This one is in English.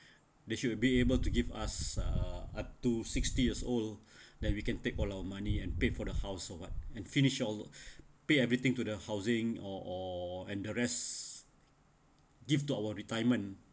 they should be able to give us uh up to sixty years old then we can take all our money and pay for the house or what and finish all uh pay everything to the housing or or and the rest give to our retirement